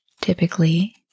Typically